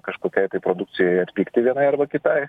kažkokiai tai produkcijai atpigti vienai arba kita